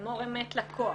אמור אמת לכוח.